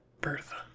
bertha